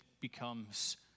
becomes